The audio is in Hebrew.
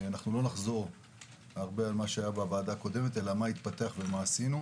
לא נחזור על מה שנאמר בוועדה הקודמת אלא בעיקר מה התפתח ומה נעשה.